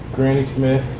grannysmith,